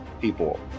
people